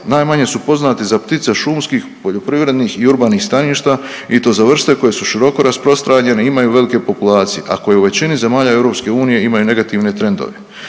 najmanje su poznati za ptice šumskih, poljoprivrednih i urbanih staništa i to za vrste koje su široko rasprostranjene i imaju velike populacije, a koje u većini zemalja EU imaju negativne trendove.